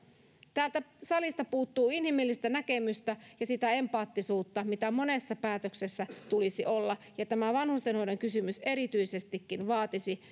täältä salista puuttuu inhimillistä näkemystä ja sitä empaattisuutta mitä monessa päätöksessä tulisi olla ja tämä vanhustenhoidon kysymys erityisestikin vaatisi